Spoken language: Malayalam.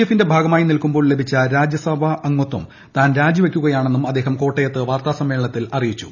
എഫിന്റെ ഭാഗമായി നിൽക്കുമ്പോൾ ലഭിച്ച രാജ്യസഭാംഗത്വം താൻ രാജിവയ്ക്കുകയാണെന്നും അദ്ദേഹം കോട്ടയത്ത് വാർത്താസമ്മേളനത്തിൽ പറഞ്ഞു